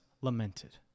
lamented